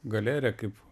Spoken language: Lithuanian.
galerija kaip